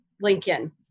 Lincoln